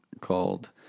called